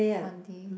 one day